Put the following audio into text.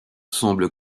semble